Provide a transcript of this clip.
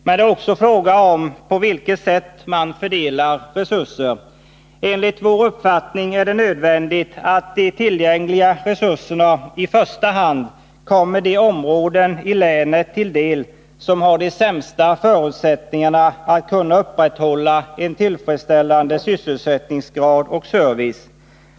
Men det är också en fråga om på vilket sätt resurserna fördelas. Enligt vår uppfattning är det nödvändigt att de tillgängliga resurserna i första hand kommer de områden i landet till del som har de sämsta förutsättningarna att kunna upprätthålla en tillfredsställande sysselsättningsgrad och service.